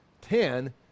Ten